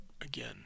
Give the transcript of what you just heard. again